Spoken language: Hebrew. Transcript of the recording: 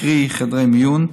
קרי חדרי מיון,